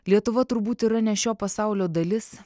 lietuva turbūt yra ne šio pasaulio dalis